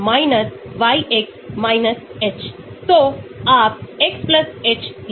hydrolysis दरों को basic और अम्लीय परिस्थितियों में मापा जाता है